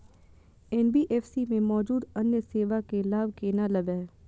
NBFC में मौजूद अन्य सेवा के लाभ केना लैब?